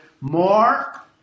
more